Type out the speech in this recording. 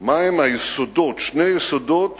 מהם שני היסודות